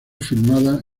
filmada